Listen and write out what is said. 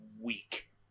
week